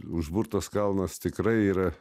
užburtas kalnas tikrai yra